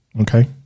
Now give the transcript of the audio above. Okay